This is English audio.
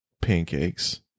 pancakes